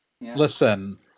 Listen